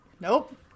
Nope